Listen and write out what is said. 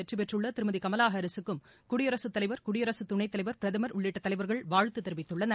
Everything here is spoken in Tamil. வெற்றி பெற்றுள்ள திருமதி கமலா ஹாரிஸ் க்கும் குடியரசுத் தலைவர் குடியரசு துணைத்தலைவர் பிரதமர் உள்ளிட்ட தலைவர்கள் வாழ்த்து தெரிவித்துள்ளனர்